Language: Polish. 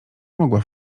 mogła